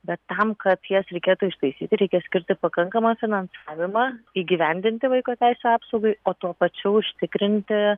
bet tam kad jas reikėtų ištaisyti reikia skirti pakankamą finansavimą įgyvendinti vaiko teisių apsaugai o tuo pačiu užtikrinti